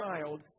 child